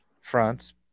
France